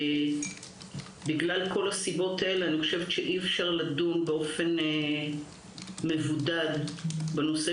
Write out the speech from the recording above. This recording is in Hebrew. בגלל כל הסיבות האלה אי אפשר לדון באופן מבודד בנושא